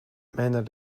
menar